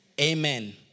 Amen